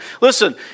Listen